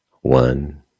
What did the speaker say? One